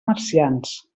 marcians